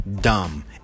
dumb